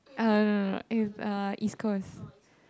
uh no no no it's uh East Coast